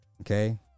Okay